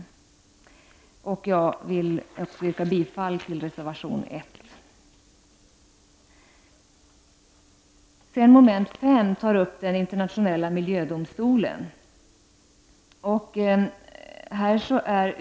Jag vill också yrka bifall till reservation 1. Mom. 5 tar upp den internationella miljödomstolen.